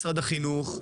משרד החינוך,